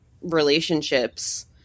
relationships